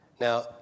Now